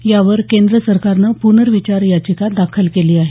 यावर केंद्रसरकारनं पुनर्विचार याचिका दाखल केली आहे